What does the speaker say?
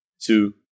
two